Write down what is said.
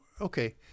okay